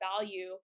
value